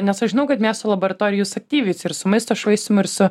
nes aš žinau kad miesto laboratorijoj jūs aktyviai ir su maisto švaistymu ir su